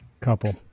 couple